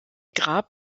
grab